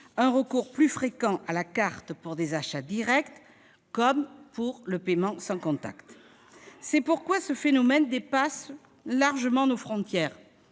un recours plus fréquent à la carte pour des achats directs, comme le paiement sans contact. C'est pourquoi ce phénomène dépasse largement nos frontières.